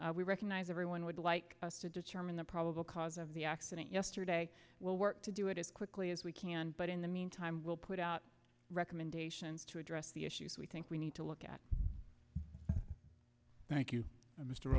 we recognize everyone would like us to determine the probable cause of the accident yesterday will work to do it quickly as we can but in the meantime we'll put out recommendations to address the issues we think we need to look at thank you mr